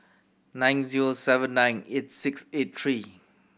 nine zero seven nine eight six eight three